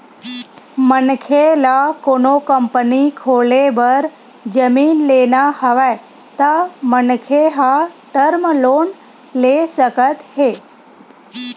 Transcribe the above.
मनखे ल कोनो कंपनी खोले बर जमीन लेना हवय त मनखे ह टर्म लोन ले सकत हे